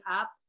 up